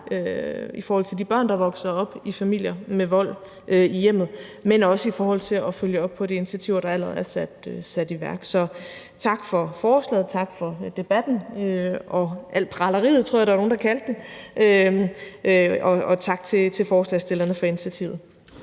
i forhold til de børn, der vokser op i familier med vold i hjemmet, men også i forhold til at følge op på de initiativer, der allerede er sat i værk. Så tak for forslaget, og tak for debatten og alt praleriet, som jeg tror der var nogen der kaldte det, og tak til forslagsstillerne for initiativet.